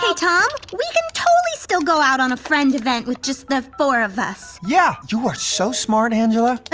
so tom. we can still go out on a friend event with just the four of us. yeah! you are so smart, angela. ah.